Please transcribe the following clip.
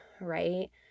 right